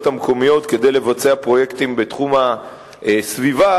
המקומיות כדי לבצע פרויקטים בתחום הסביבה,